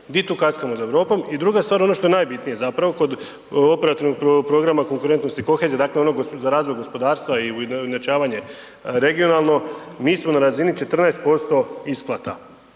di tu kaskamo za Europom? I druga stvar ono što je najbitnije zapravo kod Operativnog programa konkurentnost i kohezija dakle onog za razvoj gospodarstva i ujednačavanje regionalno mi smo na razini 14% isplata